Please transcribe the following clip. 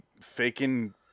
faking